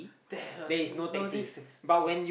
there uh no this is ya